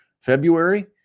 February